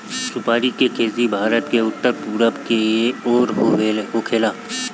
सुपारी के खेती भारत के उत्तर पूरब के ओर होखेला